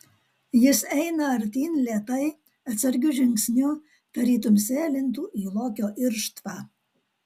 jis eina artyn lėtai atsargiu žingsniu tarytum sėlintų į lokio irštvą